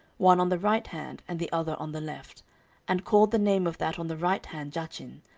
one on the right hand, and the other on the left and called the name of that on the right hand jachin,